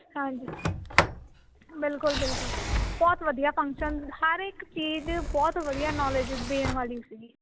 ਹਾਂਜੀ ਬਿਲਕੁਲ ਬਿਲਕੁਲ ਬਹੁਤ ਵਧੀਆ ਫੰਕਸ਼ਨ ਹਰ ਇਕ ਚੀਜ਼ ਬਹੁਤ ਵਧੀਆ ਨੋਲੇਜ ਦੇਣ ਵਾਲੀ ਸੀ